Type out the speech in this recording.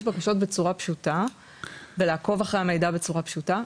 בקשות בצורה פשוטה ולעקוב אחרי המידע בצורה פשוטה.